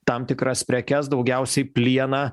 tam tikras prekes daugiausiai plieną